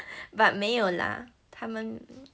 but 没有啦他们